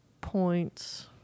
points